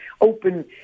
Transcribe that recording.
open